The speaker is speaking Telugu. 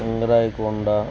సింగరాయ కొండ